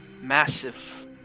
massive